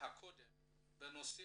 הקודם בנושא